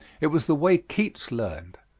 it was the way keats learned,